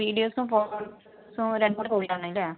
വീഡിയോസും ഫോട്ടോസും രണ്ടൂടെ കൂടിയാണല്ലേ